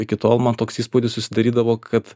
iki tol man toks įspūdis susidarydavo kad